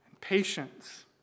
patience